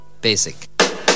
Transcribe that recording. basic